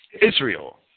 Israel